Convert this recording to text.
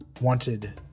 wanted